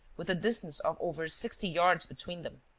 with a distance of over sixty yards between them.